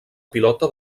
pilota